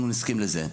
אנחנו נסכים לזה.